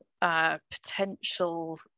potential